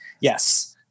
Yes